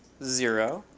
zero